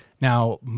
Now